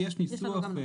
יש ניסוח.